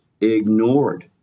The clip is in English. ignored